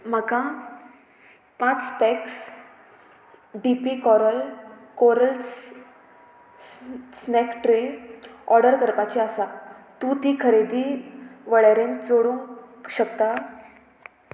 म्हाका पांच packs D P coral corals snack tray order करपाची आसा तूं ती खरेदी वळेरेंत जोडूंक शकता